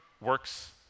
works